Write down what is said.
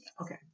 Okay